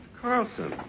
Carlson